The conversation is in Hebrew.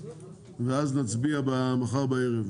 ואז נצביע מחר בערב,